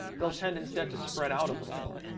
they'll tend, instead, to spread out a little more.